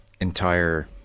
entire